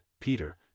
Peter